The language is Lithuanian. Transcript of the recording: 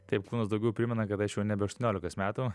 taip kūnas daugiau primena kad aš jau nebe aštuoniolikos metų